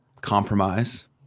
compromise